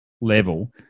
level